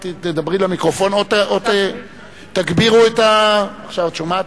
תדברי למיקרופון או תגבירו את, עכשיו את שומעת?